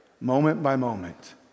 moment-by-moment